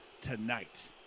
tonight